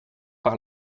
par